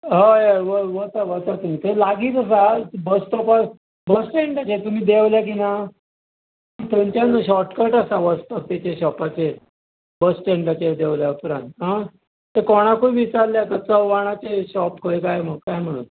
हय हय वचा वचा तुमी थंय लागीच आसा थंय बस स्टॉपार बस स्टँडार तुमी देवले की ना थंयचान शॉर्टकट आसा वसपाक ताचे शॉपाचेर बस स्टँडाचेर देवल्या उपरांत आं थंय काणाकूय विचाल्यार जाता चव्हाणाचे शॉप खंय काय काय म्हणू